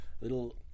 little